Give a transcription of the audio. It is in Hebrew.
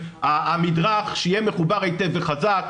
המדרך שיהיה מחובר היטב וחזק,